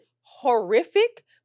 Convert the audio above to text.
horrific